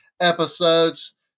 episodes